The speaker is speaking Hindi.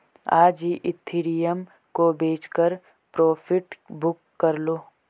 आज ही इथिरियम को बेचकर प्रॉफिट बुक कर लो